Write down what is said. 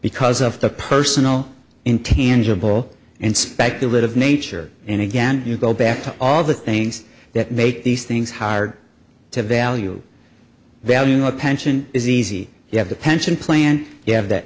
because of the personal intangible and speculative nature and again you go back to all the things that make these things hired to value value a pension is easy you have a pension plan you have that